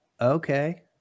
okay